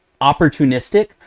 opportunistic